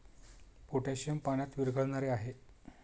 potassium पाण्यात विरघळणारे आहे